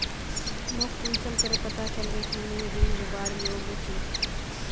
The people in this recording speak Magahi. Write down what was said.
मोक कुंसम करे पता चलबे कि मुई ऋण लुबार योग्य छी?